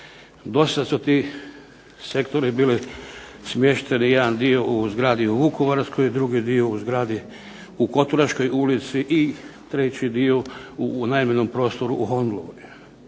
Dosad su ti sektori bili smješteni jedan dio u zgradi u Vukovarskoj, drugi dio u zgradi u Koturaškoj ulici i treći dio u unajmljenom prostoru u Hondlovoj.